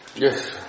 Yes